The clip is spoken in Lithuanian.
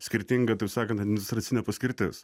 skirtinga taip sakant administracinė paskirtis